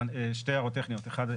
אחת,